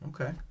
Okay